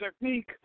technique